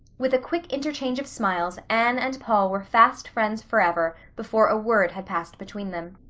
with a quick interchange of smiles anne and paul were fast friends forever before a word had passed between them.